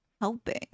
helping